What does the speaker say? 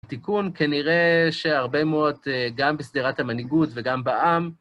תיקון, כנראה, שהרבה מאוד, גם בשדרת המנהיגות וגם בעם,